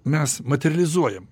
mes materializuojam